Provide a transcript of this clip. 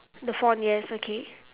the font yes okay